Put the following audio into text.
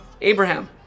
Abraham